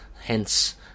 hence